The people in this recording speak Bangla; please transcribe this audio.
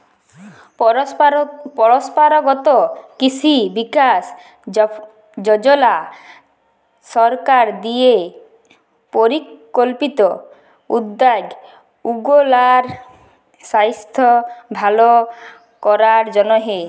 পরম্পরাগত কিসি বিকাস যজলা সরকার দিঁয়ে পরিকল্পিত উদ্যগ উগলার সাইস্থ্য ভাল করার জ্যনহে